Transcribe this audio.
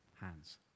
hands